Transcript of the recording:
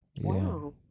Wow